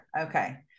Okay